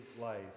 life